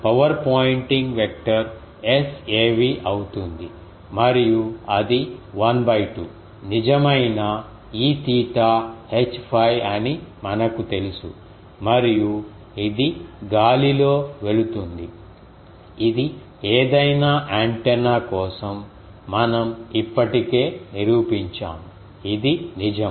power Poynting vector Sav అవుతుంది మరియు అది 12 నిజమైన Eθ H φ అని మనకు తెలుసు మరియు ఇది గాలిలో వెళుతుంది ఇది ఏదైనా యాంటెన్నా కోసం మనం ఇప్పటికే నిరూపించాము ఇది నిజం